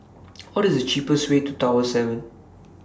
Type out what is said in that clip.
What IS The cheapest Way to Tower seven